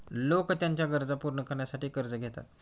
लोक त्यांच्या गरजा पूर्ण करण्यासाठी कर्ज घेतात